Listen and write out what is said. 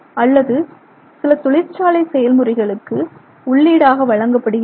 அல்லது சில தொழிற்சாலை செயல்முறைகளுக்கு உள்ளீடாக வழங்கப்படுகிறது